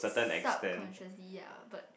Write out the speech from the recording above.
subconsciously ya but